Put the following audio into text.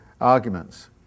arguments